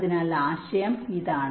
അതിനാൽ ആശയം ഇതാണ്